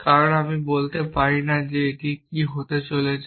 কারণ আমি বলতে পারি না যে এটি কী হতে চলেছে